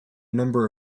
number